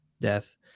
death